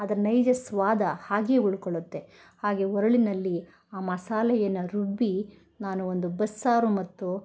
ಅದರ ನೈಜ ಸ್ವಾದ ಹಾಗೇ ಉಳ್ಕೊಳ್ಳುತ್ತೆ ಹಾಗೆ ಒರಳಿನಲ್ಲಿ ಆ ಮಸಾಲೆಯನ್ನು ರುಬ್ಬಿ ನಾನು ಒಂದು ಬಸ್ಸಾರು ಮತ್ತು